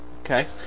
okay